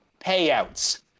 payouts